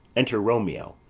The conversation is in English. enter romeo,